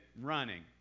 running